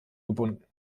gebunden